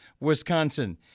Wisconsin